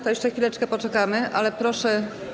To jeszcze chwileczkę poczekamy, ale proszę.